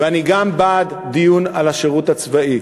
ואני גם בעד דיון על השירות הצבאי.